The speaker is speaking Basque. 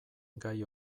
gai